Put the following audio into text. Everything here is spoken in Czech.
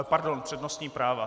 Pardon, přednostní práva.